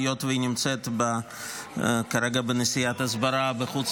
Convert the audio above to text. היות שהיא נמצאת כרגע בנסיעת הסברה בחוץ